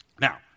Now